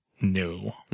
No